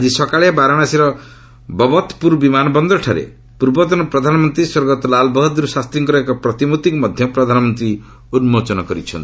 ଆଜି ସକାଳେ ବାରାଶସୀର ବବତ୍ପୁର ବିମାନବନ୍ଦରଠାରେ ପୂର୍ବତନ ପ୍ରଧାନମନ୍ତ୍ରୀ ସ୍ୱର୍ଗତ ଲାଲବାହାଦୂର ଶାସ୍ତ୍ରୀଙ୍କର ଏକ ପ୍ରତିମୂର୍ତ୍ତିକୁ ମଧ୍ୟ ପ୍ରଧାନମନ୍ତ୍ରୀ ଉନ୍ନୋଚନ କରିଛନ୍ତି